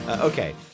Okay